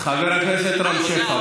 מה מוטעות?